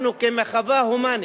אנחנו, כמחווה הומנית,